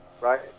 right